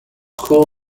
school